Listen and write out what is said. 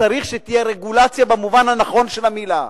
צריך שתהיה רגולציה במובן הנכון של המלה,